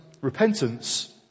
repentance